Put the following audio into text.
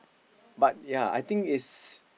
but ya I think it's